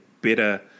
better